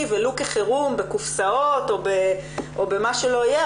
ולו כחירום בקופסאות או במה שלא יהיה,